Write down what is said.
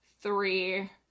three